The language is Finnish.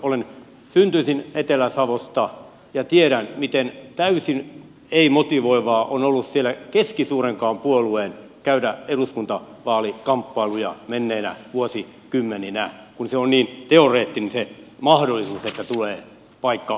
olen syntyisin etelä savosta ja tiedän miten täysin ei motivoivaa on ollut siellä keskisuurenkaan puolueen käydä eduskuntavaalikamppailuja menneinä vuosikymmeninä kun se on niin teoreettinen se mahdollisuus että tulee paikka valituksi